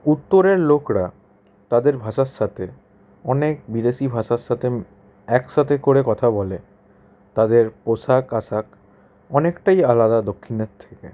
উত্তরের লোকরা তাদের ভাষার সাথে অনেক বিদেশি ভাষার সাথে এক সাথে করে কথা বলে তাদের পোশাক আশাক অনেকটাই আলাদা দক্ষিণের থেকে